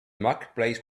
marketplace